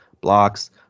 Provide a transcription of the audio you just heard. blocks